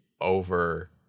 over